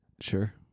sure